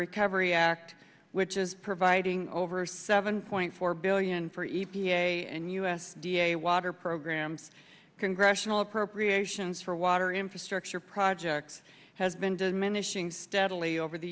recovery act which is providing over seven point four billion for e p a and u s d a water programs congressional appropriations for water infrastructure projects has been diminishing steadily over the